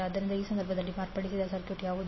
ಆದ್ದರಿಂದ ಆ ಸಂದರ್ಭದಲ್ಲಿ ಮಾರ್ಪಡಿಸಿದ ಸರ್ಕ್ಯೂಟ್ ಯಾವುದು